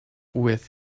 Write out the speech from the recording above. with